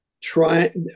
Try